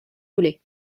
voulez